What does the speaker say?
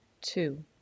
Two